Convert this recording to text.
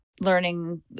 Learning